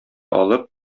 алып